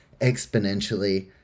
exponentially